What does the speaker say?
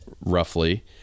roughly